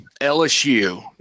LSU